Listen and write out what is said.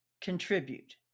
contribute